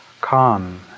calm